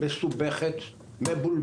מופחת בעיני.